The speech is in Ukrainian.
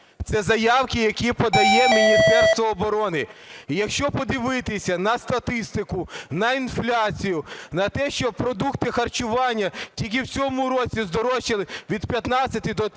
Це заявки, які подає Міністерство оборони. Якщо подивитися на статистику, на інфляцію, на те, що продукти харчування тільки в цьому році здорожчали від 15 до 50